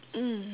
mm